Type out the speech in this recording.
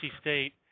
State